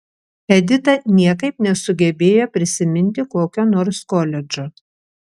edita niekaip nesugebėjo prisiminti kokio nors koledžo